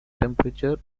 temperature